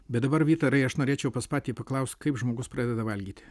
bet dabar vytarai aš norėčiau pas patį paklaust kaip žmogus pradeda valgyti